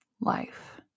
life